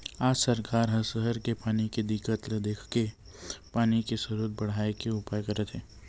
आज सरकार ह सहर के पानी के दिक्कत ल देखके पानी के सरोत बड़हाए के उपाय करत हे